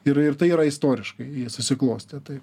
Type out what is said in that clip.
ir ir tai yra istoriškai susiklostę taip